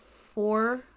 four